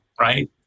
right